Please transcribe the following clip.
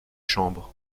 chambres